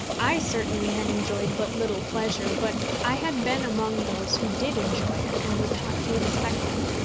i certainly had enjoyed but little pleasure, but i had been among those who did enjoy it and were taught to expect it.